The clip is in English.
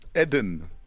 Eden